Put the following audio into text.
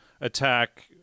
attack